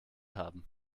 haben